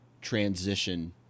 transition